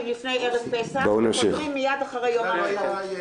לפני ערב פסח וחוזרים מיד אחרי יום העצמאות.